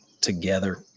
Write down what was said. together